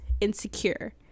insecure